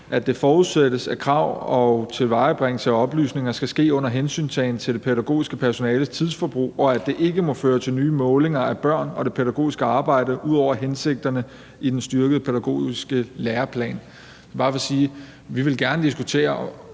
at det forudsættes, at krav og tilvejebringelse af oplysninger skal ske under hensyntagen til det pædagogiske personales tidsforbrug, og at det ikke må føre til nye målinger af børn og det pædagogiske arbejde ud over hensigterne i den styrkede pædagogiske læreplan. Det er bare